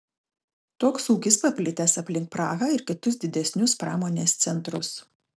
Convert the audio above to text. toks ūkis paplitęs aplink prahą ir kitus didesnius pramonės centrus